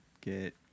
get